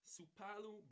Supalu